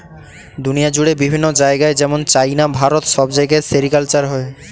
দুনিয়া জুড়ে বিভিন্ন জায়গায় যেমন চাইনা, ভারত সব জায়গায় সেরিকালচার হয়